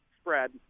spread